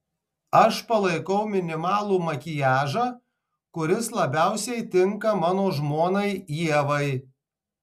aš palaikau minimalų makiažą kuris labiausiai tinka mano žmonai ievai